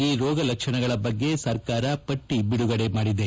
ಈ ರೋಗ ಲಕ್ಷಣಗಳ ಬಗ್ಗೆ ಸರ್ಕಾರ ಪಟ್ಟಿ ಬಿಡುಗಡೆ ಮಾಡಿದೆ